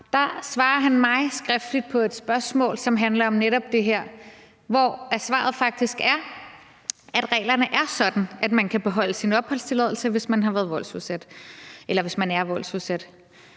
svarede han mig skriftligt på et spørgsmål, som handler om netop det her, at reglerne er sådan, at man kan beholde sin opholdstilladelse, hvis man har været eller er voldsudsat.